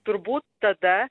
turbūt tada